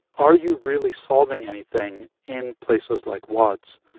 are you really solving anything in places like watts,